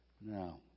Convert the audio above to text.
Now